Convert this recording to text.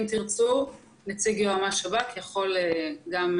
אם תרצו, נציג יועמ"ש שב"כ יכול להשלים.